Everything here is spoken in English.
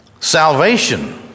Salvation